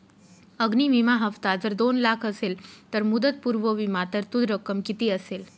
अग्नि विमा हफ्ता जर दोन लाख असेल तर मुदतपूर्व विमा तरतूद रक्कम किती असेल?